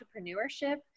entrepreneurship